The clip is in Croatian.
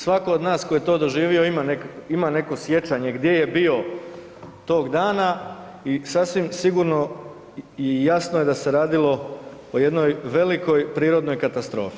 Svatko od nas tko je to doživio ima neko sjećanje gdje je bio toga dana i sasvim sigurno i jasno je da se radilo o jednoj velikoj prirodnoj katastrofi.